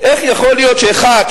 איך יכול להיות: אחד,